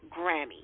grammy